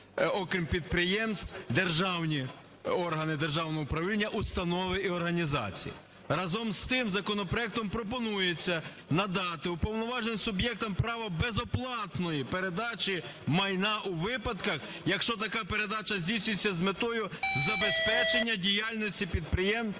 окрім підприємств, державні… органи державного управління, установи і організації. Разом з тим, законопроектом пропонується надати уповноваженим суб'єктам права безоплатної передачі майна у випадках, якщо така передача здійснюється з метою забезпечення діяльності підприємств